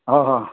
অঁ অঁ